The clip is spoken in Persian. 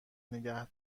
نگه